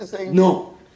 No